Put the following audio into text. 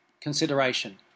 consideration